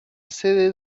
sede